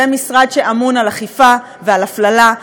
זה משרד שאמון על אכיפה ועל הפללה,